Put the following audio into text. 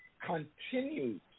continues